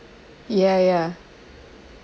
ya ya